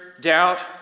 doubt